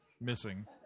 missing